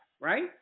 right